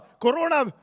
Corona